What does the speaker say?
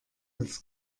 als